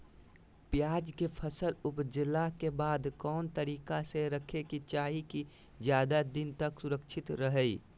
प्याज के फसल ऊपजला के बाद कौन तरीका से रखे के चाही की ज्यादा दिन तक सुरक्षित रहय?